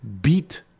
beat